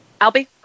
Albie